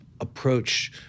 approach